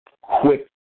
quick